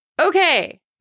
Okay